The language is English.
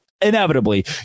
Inevitably